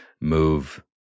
move